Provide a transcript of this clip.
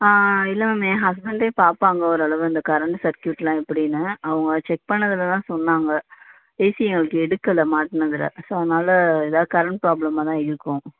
இல்லை மேம் என் ஹஸ்பண்டே பார்ப்பாங்க ஓரளவு இந்த கரண்ட்டு சர்க்கியூட்லாம் எப்படின்னு அவங்க செக் பண்ணதில் தான் சொன்னாங்க ஏசி அவருக்கு எடுக்கலை மாட்டினதுல ஸோ அதனால் ஏதாவது கரண்ட் ப்ராப்ளமாக தான் இருக்கும்